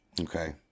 Okay